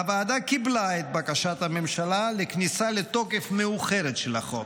הוועדה קיבלה את בקשת הממשלה לכניסה לתוקף מאוחרת של החוק.